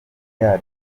yaryo